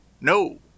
No